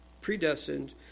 predestined